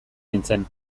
nintzen